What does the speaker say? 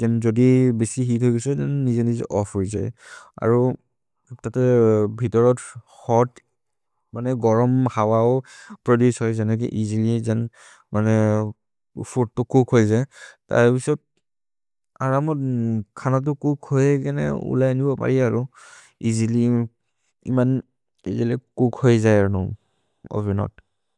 जन्तु जोदि बेसि हेअत् होगेसो जन्तु ओफ्फ् होज् जये भित्रो होत् गरम् हव प्रोदुचे होज्। जनेके इसिलि फूद् तु चूक् होज् जये जन्तु खन तु चूक् होज् उलएनु कोरे इसिलि चूकिन्ग् चूक् होज् जये जन्तु ओवेन् होत्।